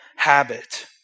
habit